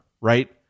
right